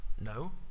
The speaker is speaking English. No